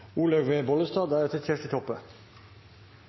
Olaug V. Bollestad